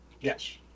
Yes